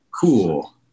cool